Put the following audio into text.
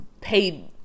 paid